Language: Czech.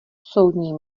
soudní